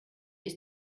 ich